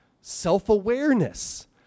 self-awareness